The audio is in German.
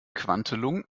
quantelung